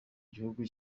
gihugu